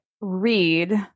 read